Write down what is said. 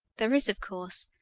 there is, of course,